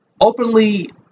openly